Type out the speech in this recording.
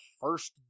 first